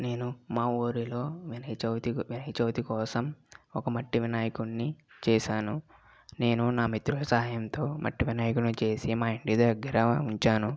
నేను మా ఊరిలో వినాయక చవితి వినాయక చవితి కోసం ఒక మట్టి వినాయకుణ్ణి చేసాను నేను నా మిత్రుల సహాయంతో మట్టి వినాయకుణ్ణి చేసి మా ఇంటి దగ్గర ఉంచాను